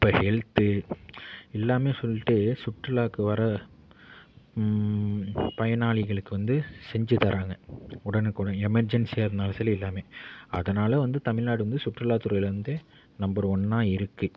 இப்ப ஹெல்த் எல்லாமே சொல்லிட்டு சுற்றுலாக்கு வர பயனாளிகளுக்கு வந்து செஞ்சுத்தராங்க உடனுக்குடன் எமர்ஜென்சியாக இருந்தாலும் சரி எல்லாமே அதனால் வந்து தமிழ்நாடு வந்து சுற்றுலா துறையில் வந்து நம்பர் ஒன்னாக இருக்குது